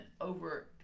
over